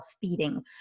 feeding